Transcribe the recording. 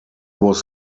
was